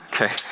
Okay